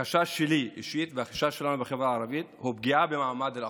החשש שלי אישית והחשש שלנו בחברה הערבית הוא פגיעה במעמד אל-אקצא,